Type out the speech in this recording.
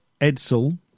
Edsel